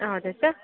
ಹೌದ ಸರ್